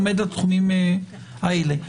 עומד לתחומים האלה.